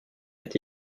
est